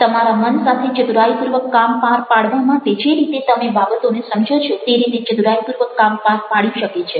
તમારા મન સાથે ચતુરાઈપૂર્વક કામ પાર પાડવા માટે જે રીતે તમે બાબતોને સમજો છો તે રીતે ચતુરાઈપૂર્વક કામ પાર પાડી શકે છે